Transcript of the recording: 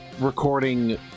recording